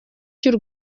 cy’u